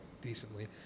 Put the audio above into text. decently